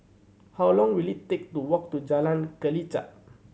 how long will it take to walk to Jalan Kelichap